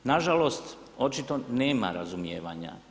Na žalost očito nema razumijevanja.